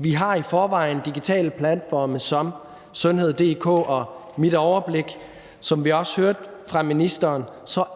vi har i forvejen digitale platforme som sundhed.dk og Mit Overblik, og som vi også hørte fra ministeren,